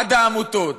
עד העמותות.